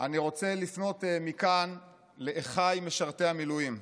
אני רוצה לפנות מכאן לאחיי משרתי המילואים.